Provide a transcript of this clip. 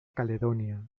caledonia